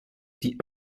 die